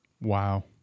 Wow